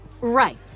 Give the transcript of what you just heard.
Right